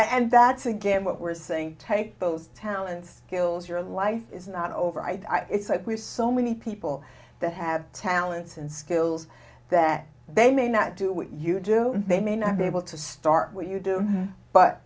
and that's again what we're saying take those talents skills your life is not over i die it's like we're so many people that have talents and skills that they may not do what you do they may not be able to start what you do but